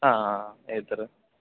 ആ ആ ഏതറ്